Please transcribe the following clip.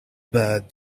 bird